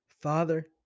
Father